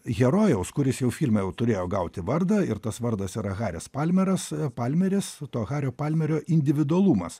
herojaus kuris jau filme jau turėjo gauti vardą ir tas vardas yra haris palmeras palmeris to hario palmerio individualumas